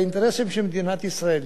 לאינטרסים של מדינת ישראל.